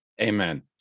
Amen